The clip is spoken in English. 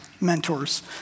mentors